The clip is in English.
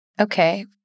Okay